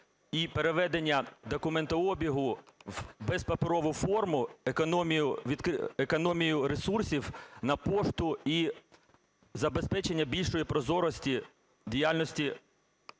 і переведення документообігу в безпаперову форму, економію ресурсів на пошту і забезпечення більшої прозорості діяльності